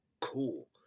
cool